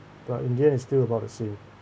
but in the end it's still about the same